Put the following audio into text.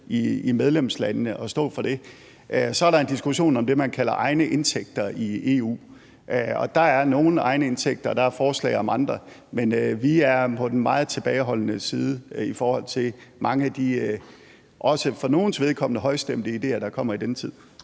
i medlemslandene – at de skal stå for det. Så er der en diskussion om det, man kalder egne indtægter i EU, og der er nogle egenindtægter, og der er forslag om andre, men vi er på den meget tilbageholdende side i forhold til mange af de for nogens vedkommende også højstemte ideer, der kommer i denne tid.